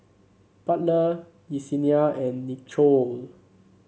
Butler Yesenia and Nichole